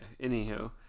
Anywho